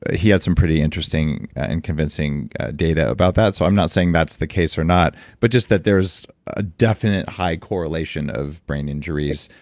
ah he had some pretty interesting and convincing data about that, so i'm not saying that's the case or not, but just that there's a definite high correlation of brain injuries.